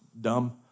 dumb